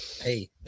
Hey